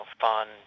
fun